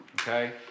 Okay